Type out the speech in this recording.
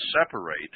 separate